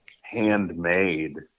handmade